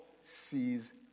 sees